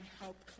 help